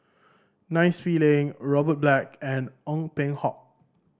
Nai Swee Leng Robert Black and Ong Peng Hock